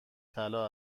طلا